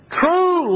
true